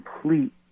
complete